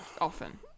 Often